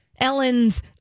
Ellen's